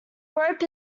rope